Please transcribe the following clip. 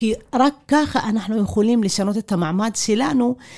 כי רק ככה אנחנו יכולים לשנות את המעמד שלנו.